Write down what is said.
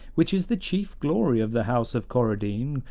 which is the chief glory of the house of coradine,